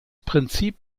prinzip